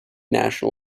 nation